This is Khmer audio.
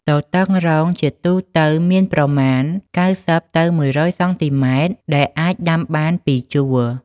ទទឹងរងជាទូទៅមានប្រមាណ ៩០ ទៅ ១០០ សង់ទីម៉ែត្រ ដែលអាចដាំបាន ២ ជួរ។